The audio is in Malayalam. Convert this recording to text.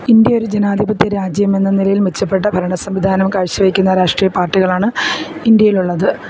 ഇന്ത്യ ഒരു ജനാതിപത്യ രാജ്യമെന്ന നിലയിൽ മെച്ചപ്പെട്ട ഭരണ സംവിധാനം കാഴ്ചവെക്കുന്ന രാഷ്ട്രീയ പാർട്ടികളാണ് ഇന്ത്യയിലുള്ളത്